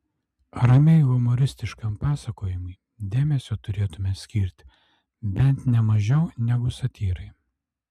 ramiai humoristiškam pasakojimui dėmesio turėtumėme skirti bent ne mažiau negu satyrai